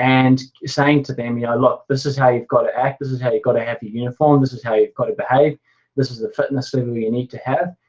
and saying to them, yeah look this is how you've got to act this is how you've got to have your uniform this is you've got to behave this is the fitness level you need to have,